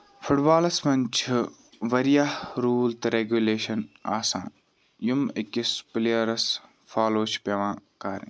foot بولَس منٛز چھُ واریاہ روٗل تہٕ ریگوٗلیشن آسان یِم أکِس پِلیرَس فالو چھِ پیوان کَرٕنۍ